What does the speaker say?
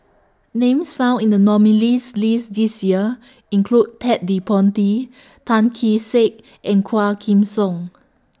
Names found in The nominees' list This Year include Ted De Ponti Tan Kee Sek and Quah Kim Song